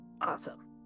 Awesome